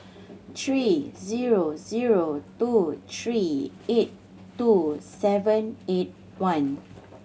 three zero zero two three eight two seven eight one